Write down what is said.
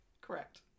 Correct